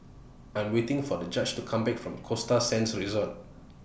I Am waiting For The Judge to Come Back from Costa Sands Resort